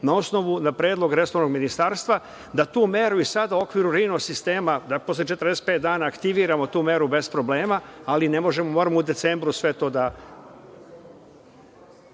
možemo na predlog resornog ministarstva da tu meru i sada u okviru rino-sistema, da posle 45 dana aktiviramo tu meru bez problema, ali moramo u decembru sve to da